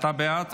אתה בעד?